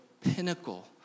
pinnacle